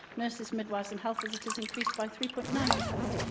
nurses, midwives and health visitors increased by three point nine per cent.